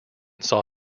saw